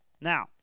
Now